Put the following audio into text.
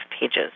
pages